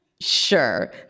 sure